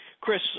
Chris